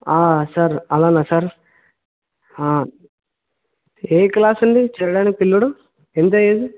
sir అలాగ sir ఏ class అండి చిల్డ్రన్ పిల్లోడు ఎంత ఏజు